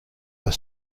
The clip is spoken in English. are